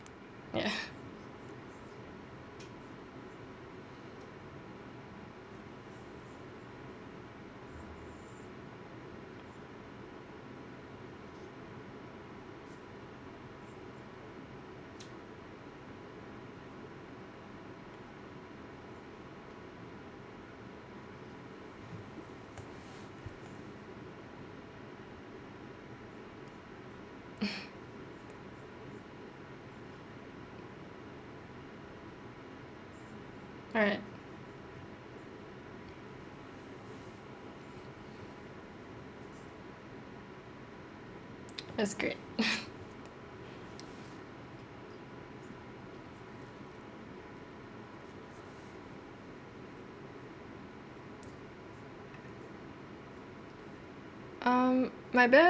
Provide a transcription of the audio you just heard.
ya right that's great um my